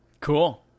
cool